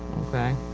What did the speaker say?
okay.